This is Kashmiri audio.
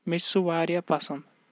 مےٚ چھُ سُہ واریاہ پَسنٛد